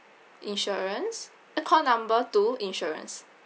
insurance uh call number two insurance